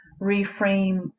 reframe